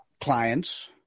clients